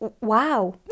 Wow